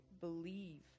believe